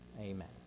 Amen